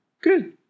good